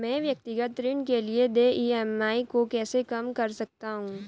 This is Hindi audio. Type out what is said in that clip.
मैं व्यक्तिगत ऋण के लिए देय ई.एम.आई को कैसे कम कर सकता हूँ?